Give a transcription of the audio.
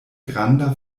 granda